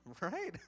Right